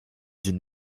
d’une